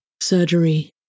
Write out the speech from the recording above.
surgery